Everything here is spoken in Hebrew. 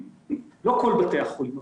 לא כל בתי החולים,